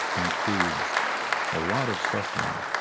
includes a lot of suffering,